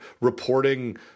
reporting